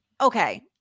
Okay